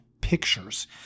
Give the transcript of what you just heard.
pictures